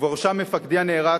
ובראשם מפקדי הנערץ,